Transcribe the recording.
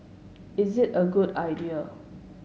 is it a good idea